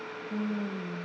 mm